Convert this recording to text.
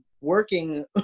working